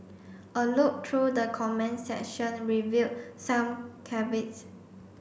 a look through the comments section revealed some caveats